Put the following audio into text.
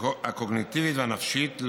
הקוגניטיבית והנפשית.